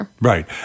Right